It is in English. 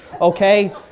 okay